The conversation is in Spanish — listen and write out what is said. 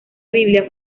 biblia